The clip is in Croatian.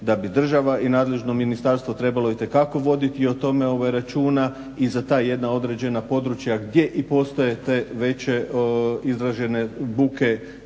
da bi država i nadležno ministarstvo trebalo itekako voditi i o tome računa i za ta jedna određena područja gdje i postoje te veće izražene buke